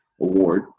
Award